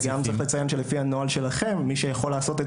גם צריך לציין שלפי הנוהל שלכם מי שיכול לעשות את